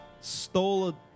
stole